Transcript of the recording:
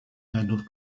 handled